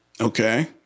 Okay